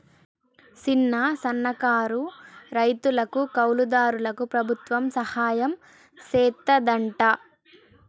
సిన్న, సన్నకారు రైతులకు, కౌలు దారులకు ప్రభుత్వం సహాయం సెత్తాదంట